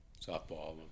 softball